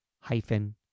hyphen